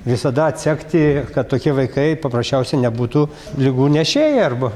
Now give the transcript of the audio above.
visada atsekti kad tokie vaikai paprasčiausiai nebūtų ligų nešėjai arba